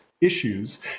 issues